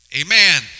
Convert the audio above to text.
Amen